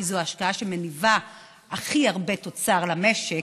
כי זו השקעה שמניבה הכי הרבה תוצר למשק,